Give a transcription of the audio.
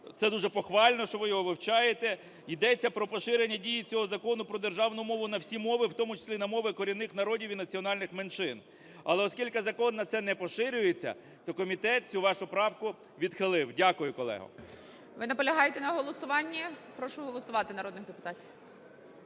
це дуже похвально, що ви його вивчаєте, – йдеться про поширення дії цього Закону про державну мову на всі мови, в тому числі і на мови корінних народів і національних меншин. Але оскільки закон на це не поширюється, то комітет цю вашу правку відхилив. Дякую, колего. ГОЛОВУЮЧИЙ. Ви наполягаєте на голосуванні? Прошу голосувати народних депутатів.